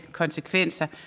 konsekvenser